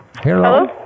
Hello